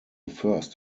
first